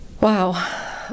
Wow